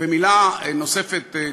ומילה נוספת,